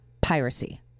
Piracy